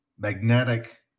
magnetic